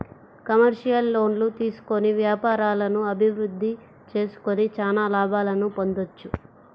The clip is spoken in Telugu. కమర్షియల్ లోన్లు తీసుకొని వ్యాపారాలను అభిరుద్ధి చేసుకొని చానా లాభాలను పొందొచ్చు